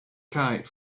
kite